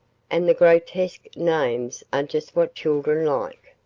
and the grotesque names are just what children like.